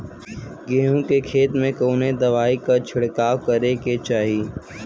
गेहूँ के खेत मे कवने दवाई क छिड़काव करे के चाही?